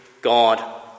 God